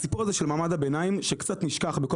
הסיפור הזה של מעמד הביניים שקצת נשכח בכל